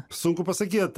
sunku pasakyt